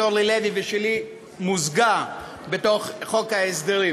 אורלי לוי ושלי מוזגה עם חוק ההסדרים.